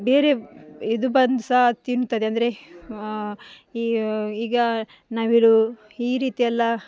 ಬೇರೆ ಇದು ಬಂದು ಸಹ ತಿನ್ನುತ್ತದೆ ಅಂದರೆ ಈಗ ನವಿಲು ಈ ರೀತಿ ಎಲ್ಲ